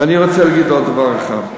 ואני רוצה להגיד עוד דבר אחד: